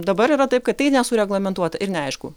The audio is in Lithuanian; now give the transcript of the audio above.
dabar yra taip kad tai nesureglamentuota ir neaišku